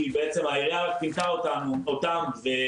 כי בעצם העירייה פינתה אותם ואנחנו